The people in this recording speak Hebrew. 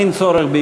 על החלטתה